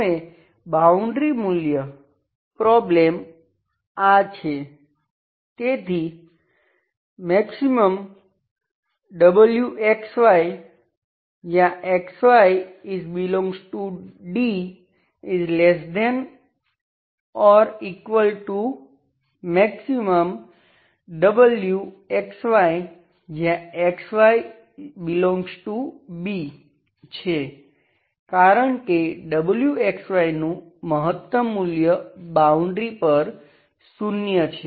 હવે બાઉન્ડ્રી મૂલ્ય પ્રોબ્લેમ આ છે તેથી maxwxy ∈D ≤maxwxy ∈B છે કારણ કે wxy નું મહત્તમ મૂલ્ય બાઉન્ડ્રી પર શૂન્ય છે